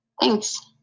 Thanks